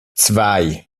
zwei